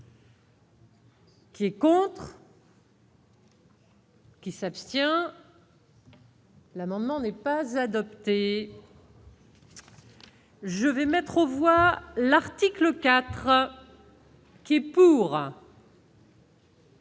qui est pour. Qui s'abstient. L'amendement n'est pas adopté. Je vais mettre aux voix l'article 4 qui est pour.